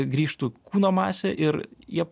grįžtų kūno masė ir jie